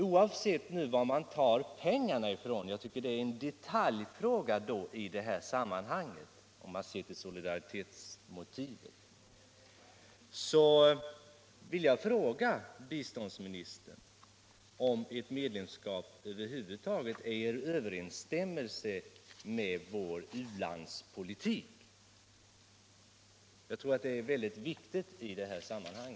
Oavsett var man tar pengarna ifrån — det tycker jag är en detaljfråga i sammanhanget, om man ser till solidaritetsmotivet — vill jag fråga biståndsministern: Står ett medlemskap i IDB över huvud taget i överensstämmelse med vår u-landspolitik? Jag tror att det är en väldigt viktig fråga i detta sammanhang.